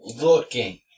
looking